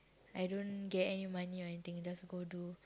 I don't get any money or anything just go do